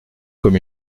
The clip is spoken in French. comme